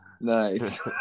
Nice